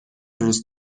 روز